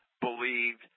believed